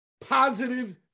positive